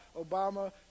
Obama